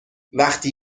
وقتی